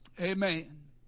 Amen